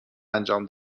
انجام